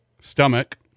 stomach